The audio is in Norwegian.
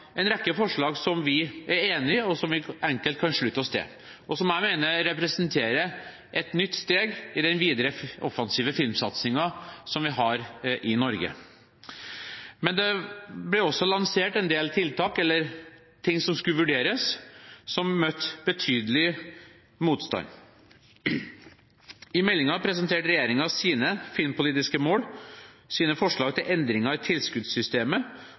en rekke forslag som vi er enig i, og som vi enkelt kan slutte oss til, og som jeg mener representerer et nytt steg i den videre offensive filmsatsingen som vi har i Norge. Men det ble også lansert en del tiltak, eller ting som skulle vurderes, som møtte betydelig motstand. I meldingen presenterte regjeringen sine filmpolitiske mål, sine forslag til endringer i tilskuddssystemet